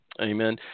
Amen